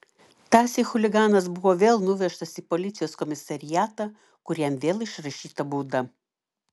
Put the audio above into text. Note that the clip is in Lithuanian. tąsyk chuliganas buvo vėl nuvežtas į policijos komisariatą kur jam vėl išrašyta bauda